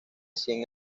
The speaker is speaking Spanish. cien